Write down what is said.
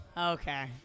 Okay